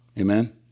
Amen